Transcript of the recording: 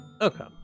okay